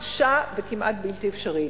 קשה וכמעט בלתי אפשרית.